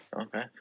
okay